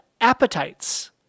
appetites